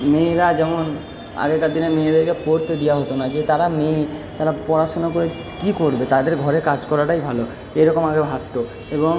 মেয়েরা যেমন আগেকার দিনের মেয়েদেরকে পড়তে দেয়া হতো না যে তারা মেয়ে তারা পড়াশোনা করে কি করবে তাদের ঘরে কাজ করাটাই ভালো এই রকম আগে ভাবতো এবং